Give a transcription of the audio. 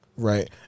Right